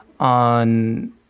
On